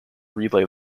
relay